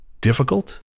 difficult